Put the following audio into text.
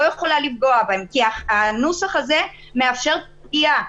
יכולה לפגוע בהן כי הנוסח הזה מאפשר פגיעה,